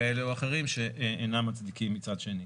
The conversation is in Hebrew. כאלה ואחרים, שאינם מצדיקים מצד שני.